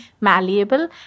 malleable